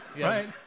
right